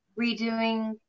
redoing